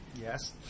Yes